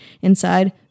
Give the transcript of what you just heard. inside